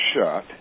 shot